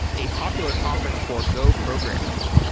a popular conference for go programmers.